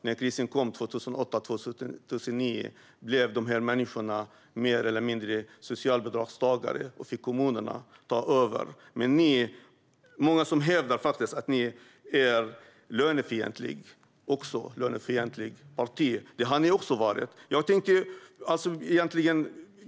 När krisen kom 2008-2009 blev dessa människor mer eller mindre socialbidragstagare, och då fick kommunerna ta över. Det är många som hävdar att ni faktiskt är ett lönefientligt parti, Jörgen Warborn. Det har ni också varit.